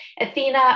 Athena